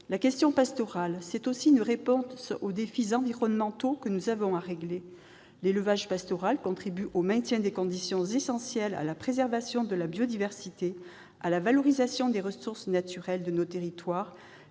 La question pastorale, c'est aussi une réponse aux défis environnementaux que nous avons à régler. L'élevage pastoral contribue au maintien des conditions essentielles à la préservation de la biodiversité, à la valorisation des ressources naturelles de nos territoires